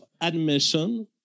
admission